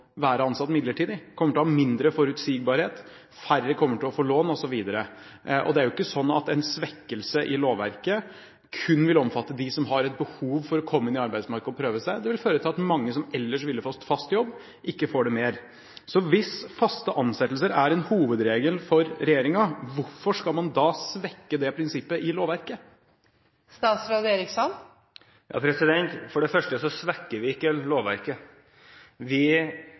ansatt midlertidig, flere kommer til å ha mindre forutsigbarhet, færre kommer til å få lån, osv. Og det er jo ikke sånn at en svekkelse i lovverket kun vil omfatte dem som har et behov for å komme inn i arbeidsmarkedet og prøve seg; det vil føre til at mange som ellers ville fått fast jobb, ikke får det mer. Så hvis faste ansettelser er en hovedregel for regjeringen, hvorfor skal man da svekke det prinsippet i lovverket? For det første så svekker vi ikke lovverket. Vi